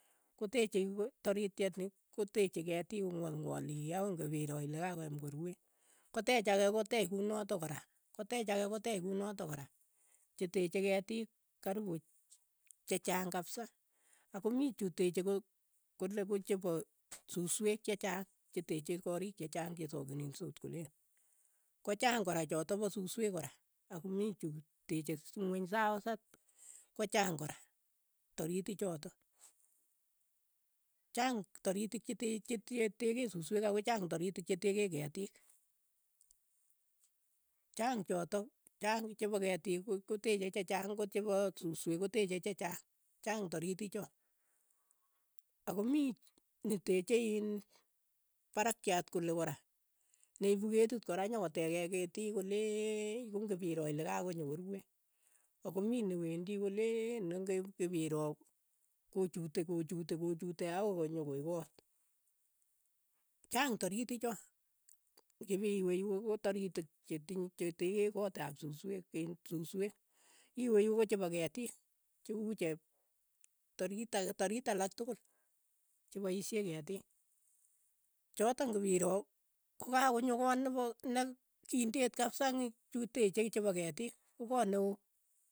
Koteche yu tarityet ni koteche ketiik kong'wol ng'woli akoi ko pa piro kakoyam korue. koteech ake koteech kunotok kora. koteech ake koteech kunotok kora, cheteche ketiik karipu chechaang kapisa, ako mii chu teche ko- kole chepa susweek chechaang che teche kariik che chaang che sakinisoot ko leen, ko chaang kora chotok pa susweek kora ako mii chu teche ingweny saoset ko chaang kora, taritik chotok, chaang taritik che teche tieteeche susweek ako chaang taritik che tekee ketiik, chaang chotok chaang chepo ketik ko- koteche chechaang ang'ot chepo suswek koteche chechang, chaang taritik cho, ako mii netechee iin parakiat kole kora, neipu ketit kora nyokotekee kettik koleech kong'ipiro ile kakonyokorue, ako mi ne wendi koleen nenge'kipiroo kochute kochute kochute akoi konyokoek koot, chaang taritik cho, kipiwey ko- kotaritik chet chetekee koot ap suswek in suswek, iwe yu ko chepo ketiik, che uu chep tariit ake tariit alak tukul chepoishee ketiik, chotok ng'ipiroo kokakonyo koot nepo ne kindeet kapsa eng' chu teeche chepo ketiik ko koot neoo.